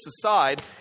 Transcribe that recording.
aside